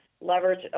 leverage